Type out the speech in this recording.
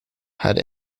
had